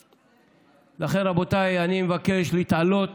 לכן, רבותיי, אני מבקש להתעלות